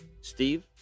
steve